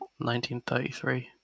1933